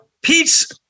Pete's